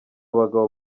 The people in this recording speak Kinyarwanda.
abagabo